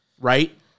Right